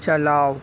چلاؤ